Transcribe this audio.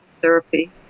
therapy